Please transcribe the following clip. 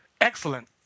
Excellent